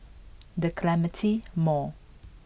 The Clementi Mall